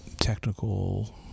technical